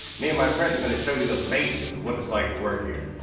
me and my friends are gonna show you the basics of what it's like to work here.